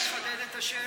זה רק מחדד את השאלה.